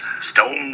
Stone